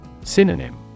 Synonym